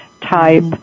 type